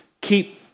keep